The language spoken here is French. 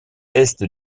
est